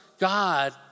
God